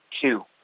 Two